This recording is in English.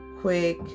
quick